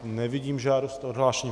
Nevidím žádost o odhlášení.